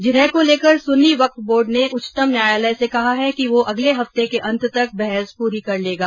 जिरह को लेकर सुन्नी वक्फ बोर्ड ने उच्चतम न्यायालय से कहा है कि वो अगले हफ्ते के अंत तक बहस पूरी कर लेगा